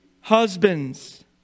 husbands